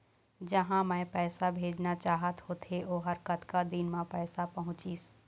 जहां मैं पैसा भेजना चाहत होथे ओहर कतका दिन मा पैसा पहुंचिस?